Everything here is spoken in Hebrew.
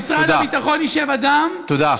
שבמשרד הביטחון ישב אדם, תודה.